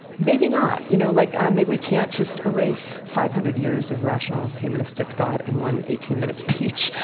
maybe not. you know like maybe we can't just erase five hundred years of rational humanistic thought in one eighteen minute speech.